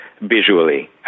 visually